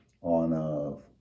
on